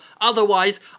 otherwise